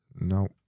No